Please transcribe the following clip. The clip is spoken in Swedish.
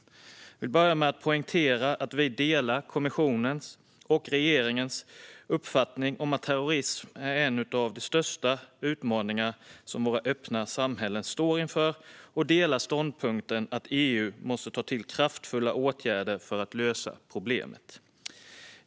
Jag vill börja med att poängtera att vi instämmer i kommissionens och regeringens uppfattning att terrorism är en av de största utmaningar våra öppna samhällen står inför. Vi håller med om ståndpunkten att EU måste ta till kraftfulla åtgärder för att lösa problemet.